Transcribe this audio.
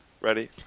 Ready